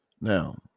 Now